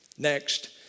Next